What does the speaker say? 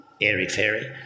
airy-fairy